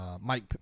Mike